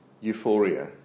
euphoria